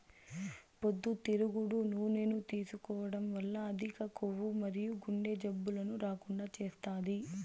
పొద్దుతిరుగుడు నూనెను తీసుకోవడం వల్ల అధిక కొవ్వు మరియు గుండె జబ్బులను రాకుండా చేస్తాది